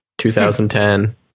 2010